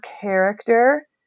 character